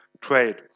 trade